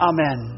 Amen